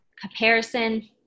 comparison